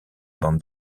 bande